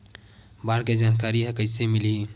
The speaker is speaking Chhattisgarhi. बाढ़ के जानकारी कइसे मिलही?